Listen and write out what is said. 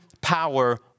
power